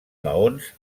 maons